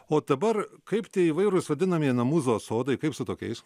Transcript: o dabar kaip tie įvairūs vadinamieji namų zoo sodai kaip su tokiais